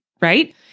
Right